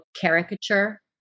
caricature